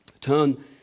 Turn